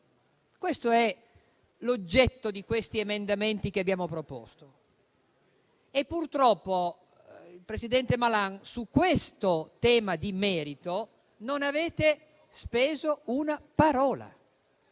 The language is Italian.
Questo è l'oggetto degli emendamenti che abbiamo proposto. Purtroppo, presidente Malan, su questo tema di merito non avete speso una parola,